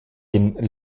den